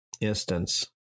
instance